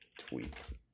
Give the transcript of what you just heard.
tweets